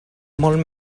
molt